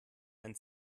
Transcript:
ein